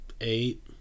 eight